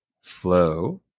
flow